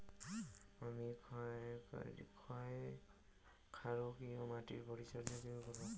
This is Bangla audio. আমি ক্ষারকীয় মাটির পরিচর্যা কিভাবে করব?